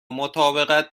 مطابقت